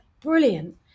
brilliant